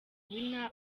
winner